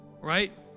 Right